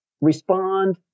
respond